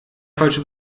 falsche